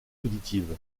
auditive